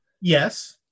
Yes